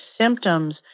symptoms